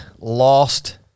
lost